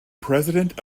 president